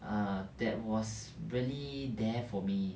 err that was really there for me